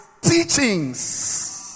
teachings